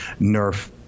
nerf